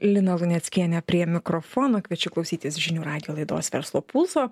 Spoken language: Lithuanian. lina luneckienė prie mikrofono kviečiu klausytis žinių radijo laidos verslo pulso